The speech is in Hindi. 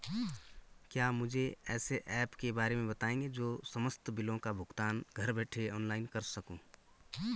क्या मुझे ऐसे ऐप के बारे में बताएँगे जो मैं समस्त बिलों का भुगतान घर बैठे ऑनलाइन कर सकूँ?